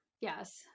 Yes